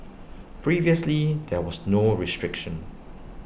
previously there was no restriction